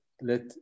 let